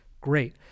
great